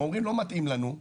הם אומרים לא מתאים לנו,